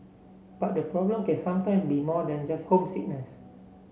but the problem can sometimes be more than just homesickness